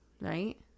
right